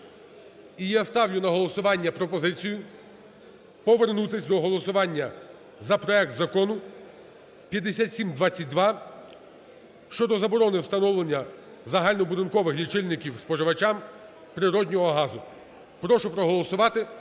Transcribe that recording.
І я ставлю на голосування пропозицію повернутись до голосування за проект Закону 5722 щодо заборони встановлення загальнобудинкових лічильників споживачам природного газу. Прошу проголосувати,